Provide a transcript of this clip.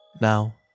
Now